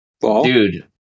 dude